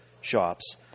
shops